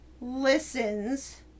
listens